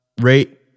rate